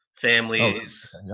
Families